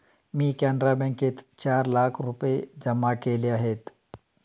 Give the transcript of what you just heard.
मी कॅनरा बँकेत चार लाख रुपये जमा केले आहेत